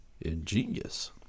Ingenious